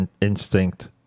Instinct